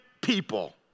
people